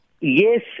Yes